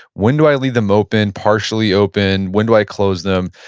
when do i leave them open, partially open? when do i close them?